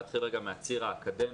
להתחיל רגע מהציר האקדמי,